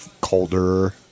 colder